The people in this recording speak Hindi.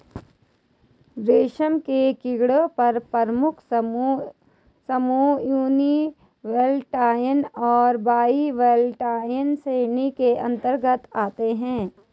रेशम के कीड़ों के प्रमुख समूह यूनिवोल्टाइन और बाइवोल्टाइन श्रेणियों के अंतर्गत आते हैं